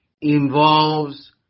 involves